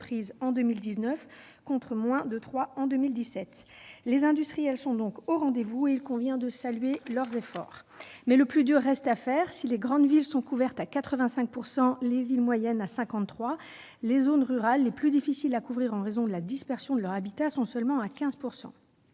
en 2019, contre moins de trois en 2017. Les industriels sont donc au rendez-vous, et il convient de saluer leurs efforts. Mais le plus dur reste à faire : si les grandes villes sont couvertes à 85 % et les villes moyennes à 53 %, les zones rurales, les plus difficiles à couvrir en raison de la dispersion de l'habitat, le sont seulement à 15 %.